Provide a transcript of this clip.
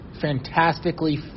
fantastically